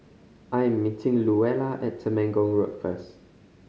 I am meeting Luella at Temenggong Road first